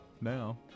now